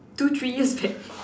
two three years back